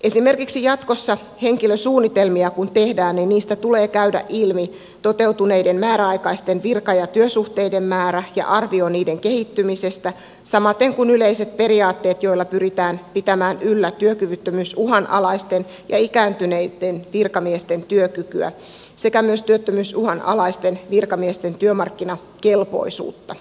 esimerkiksi kun jatkossa tehdään henkilösuunnitelmia niistä tulee käydä ilmi toteutuneiden määräaikaisten virka ja työsuhteiden määrä ja arvio niiden kehittymisestä samaten kuin yleiset periaatteet joilla pyritään pitämään yllä työkyvyttömyysuhanalaisten ja ikääntyneitten virkamiesten työkykyä sekä myös työttömyysuhanalaisten virkamiesten työmarkkinakelpoisuutta